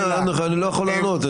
אז שיגיד שהוא לא יכול לענות.